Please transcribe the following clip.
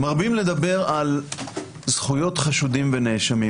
מרבים לדבר על זכויות חשודים ונאשמים.